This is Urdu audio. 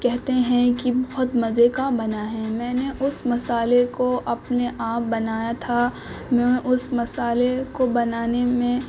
کہتے ہیں کہ بہت مزے کا بنا ہے میں نے اس مسالے کو اپنے آپ بنایا تھا میں اس مسالے کو بنانے میں